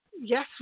Yes